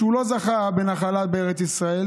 שהוא לא זכה בנחלה בארץ ישראל